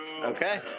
Okay